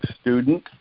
student